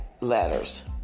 letters